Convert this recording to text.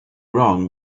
wrong